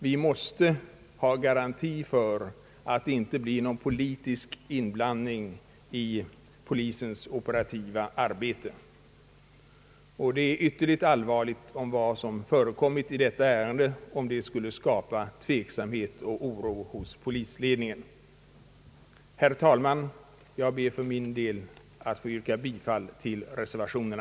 Vi måste ha garanti för att det inte blir någon politisk inblandning i polisens operativa arbete, och det är mycket allvarligt om vad som förekommit i detta ärende skulle skapa tveksamhet och oro hos polisledningen. Herr talman! Jag ber att få yrka bifall till reservationen.